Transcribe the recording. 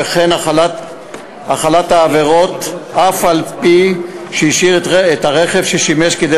וכן החלת העבירות אף על מי שהשאיר את הרכב ששימש כדי